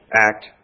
act